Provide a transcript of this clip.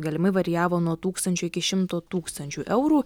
galimai varijavo nuo tūkstančio iki šimto tūkstančių eurų